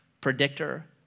predictor